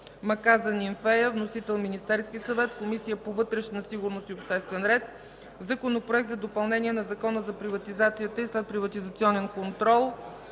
Маказа – Нимфея. Вносител – Министерският съвет. Водеща е Комисията по вътрешна сигурност и обществен ред. Законопроект за допълнение на Закона за приватизация и следприватизационен контрол.